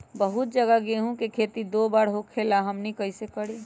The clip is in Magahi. बहुत जगह गेंहू के खेती दो बार होखेला हमनी कैसे करी?